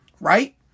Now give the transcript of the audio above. right